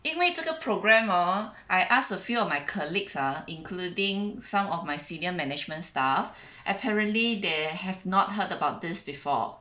因为这个 program hor I asked a few of my colleagues ah including some of my senior management staff apparently they have not heard about this before